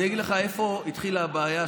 אני אגיד לך איפה התחילה הבעיה.